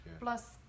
plus